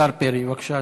השר פרי, בבקשה,